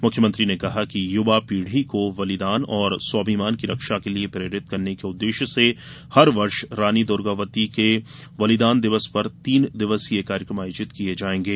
मुख्यमंत्री ने कहा कि युवा पीढ़ी को बलिदान और स्वाभिमान की रक्षा के लिए प्रेरित करने के उददेश्य से हरवर्ष रानी दूर्गावती के बलिदान दिवस पर तीन दिवसीय कार्यकम आयोजित किये जायेंगे